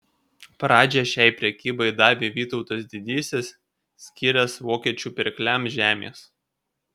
pradžią šiai prekybai davė vytautas didysis skyręs vokiečių pirkliams žemės